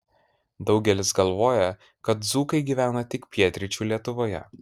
daugelis galvoja kad dzūkai gyvena tik pietryčių lietuvoje